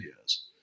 years